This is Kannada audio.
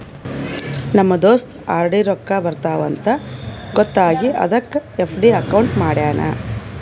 ನಮ್ ದೋಸ್ತ ಆರ್.ಡಿ ರೊಕ್ಕಾ ಬರ್ತಾವ ಅಂತ್ ಗೊತ್ತ ಆಗಿ ಅದಕ್ ಎಫ್.ಡಿ ಅಕೌಂಟ್ ಮಾಡ್ಯಾನ್